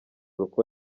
uko